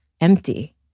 empty